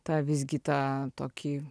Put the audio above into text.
tą visgi tą tokį